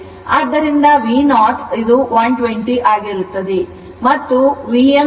ಆದ್ದರಿಂದ V0 120 ಆಗಿರುತ್ತದೆ